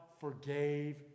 forgave